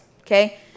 okay